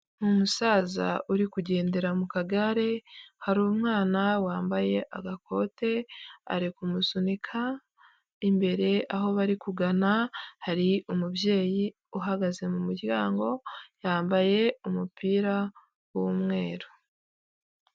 Umusaza uri kugendera mu kagare, hari umwana wambaye agakote, ari kumusunika, imbere aho bari kugana hari umubyeyi uhagaze mu muryango, yambaye umupira w'umweru.